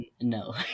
No